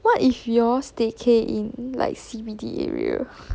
what if you all staycay in like C_B_D area